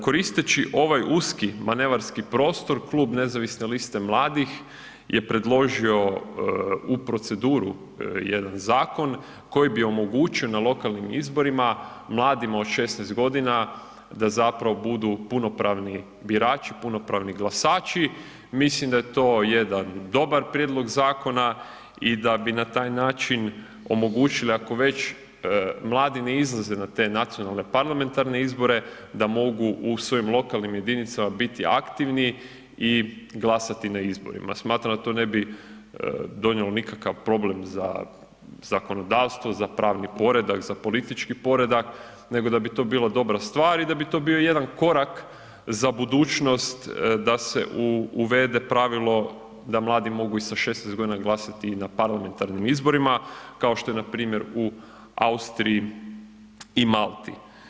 Koristeći ovaj uski manevarski prostor, Klub nezavisne liste mladih je predložio u proceduru jedan zakon koji bi omogućio na lokalnim izborima mladima od 16.g. da zapravo budu punopravni birači, punopravni glasači, mislim da je to jedan dobar prijedlog zakona i da bi na taj način omogućili, ako već mladi ne izlaze na te nacionalne parlamentarne izbore, da mogu u svojim lokalnim jedinicama biti aktivni i glasati na izborima, smatram da to ne bi donijelo nikakav problem za zakonodavstvo, za pravni poredak, za politički poredak, nego da bi to bila dobra stvar i da bi to bio jedan korak za budućnost da se uvede pravilo da mladi mogu i sa 16.g. glasati i na parlamentarnim izborima kao što je npr. u Austriji i Malti.